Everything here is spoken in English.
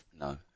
No